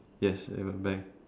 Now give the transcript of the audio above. yes have a bank